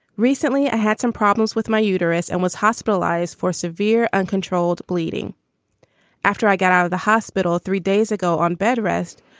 recently i had some problems with my uterus and was hospitalized for severe, uncontrolled bleeding after i got out of the hospital three days ago on bed rest.